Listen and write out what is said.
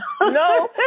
No